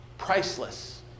priceless